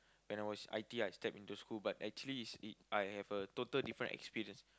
when I was I_T_E I step into school but actually is it I have a total different experience